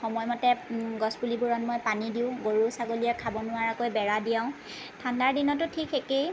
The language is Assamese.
সময়মতে গছপুলিবোৰত মই পানী দিওঁ গৰু ছাগলীয়ে খাব নোৱাৰাকৈ বেৰা দিয়াওঁ ঠাণ্ডাৰ দিনতো ঠিক একেই